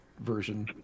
version